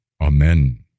Amen